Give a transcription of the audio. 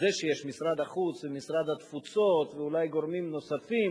זה שיש משרד החוץ ומשרד התפוצות ואולי גורמים נוספים,